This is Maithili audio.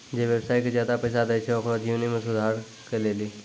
जे व्यवसाय के ज्यादा पैसा दै छै ओकरो जीवनो मे सुधारो के लेली